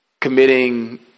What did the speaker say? committing